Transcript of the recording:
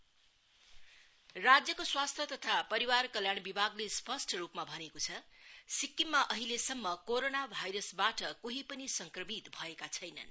corona virus राज्यको स्वास्थ्य तथा परिवार कल्याण विभागले स्पष्ट रुपमा भनेको छ सिक्किममा अहिलेसम्म कोरोना भायरसबाट कोही पनि संक्रमित भएका छैनन्